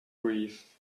grief